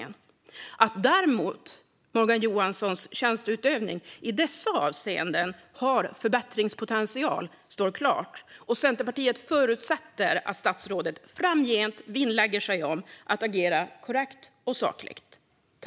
Men att Morgan Johanssons tjänsteutövning i dessa avseenden har förbättringspotential står klart, och Centerpartiet förutsätter att statsrådet framgent vinnlägger sig om att agera korrekt och sakligt.